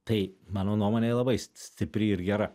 tai mano nuomone jinai labai stipri ir gera